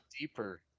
deeper